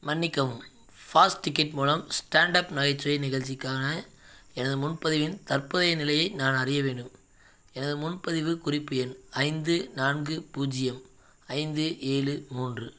மன்னிக்கவும் fast ticket மூலம் stand up நகைச்சுவை நிகழ்ச்சிக்கான எனது முன்பதிவின் தற்போதைய நிலையை நான் அறிய வேண்டும் எனது முன்பதிவுக் குறிப்பு எண் ஐந்து நான்கு பூஜ்ஜியம் ஐந்து ஏழு மூன்று